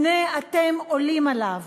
הנה, אתם עולים עליו,